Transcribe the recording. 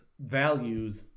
values